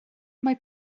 mae